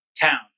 town